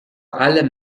allem